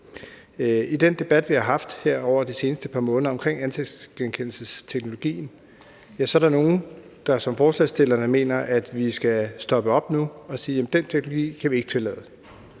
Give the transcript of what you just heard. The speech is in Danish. I den debat, vi har haft her over de seneste par måneder omkring ansigtsgenkendelsesteknologien, er der nogle, der som forslagsstillerne mener, at vi skal stoppe op nu og sige: Den teknologi kan vi ikke tillade;